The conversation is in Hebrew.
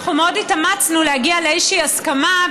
אנחנו מאוד התאמצנו להגיע לאיזושהי הסכמה,